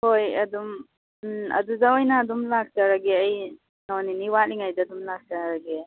ꯍꯣꯏ ꯑꯗꯨꯝ ꯑꯗꯨꯗ ꯑꯣꯏꯅ ꯑꯗꯨꯝ ꯂꯥꯛꯆꯔꯒꯦ ꯑꯩ ꯅꯣꯡꯅꯤꯅꯤ ꯋꯥꯠꯂꯤꯉꯩꯗ ꯑꯗꯨꯝ ꯂꯥꯛꯆꯔꯒꯦ